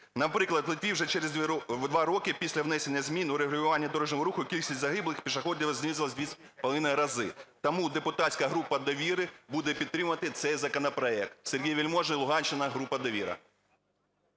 Наприклад, в Литві вже через 2 роки після внесення змін у регулювання дорожнього руху кількість загиблих пішоходів знизилась в два з половиною рази. Тому депутатська група "Довіра" буде підтримувати цей законопроект. Сергій Вельможний, Луганщина, група "Довіра".